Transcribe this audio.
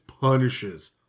punishes